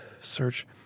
search